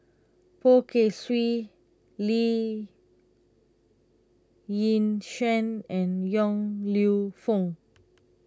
Poh Kay Swee Lee Yi Shyan and Yong Lew Foong